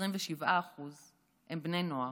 27% הם בני נוער.